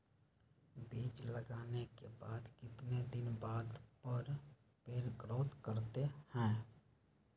बीज लगाने के बाद कितने दिन बाद पर पेड़ ग्रोथ करते हैं?